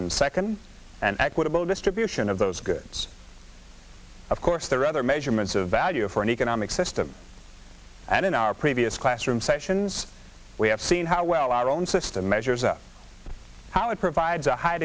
and second and equitable distribution of those goods of course there are other measurements of value for an economic system and in our previous classroom sessions we have seen how well our own system measures up how it provides a high